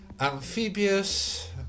Amphibious